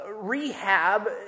rehab